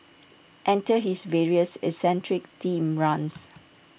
enter his various eccentric themed runs